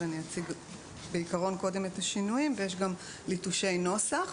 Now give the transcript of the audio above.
אז אני אציג קודם את השינויים ויש גם ליטושי נוסח,